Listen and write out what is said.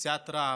מסיעת רע"מ,